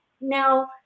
now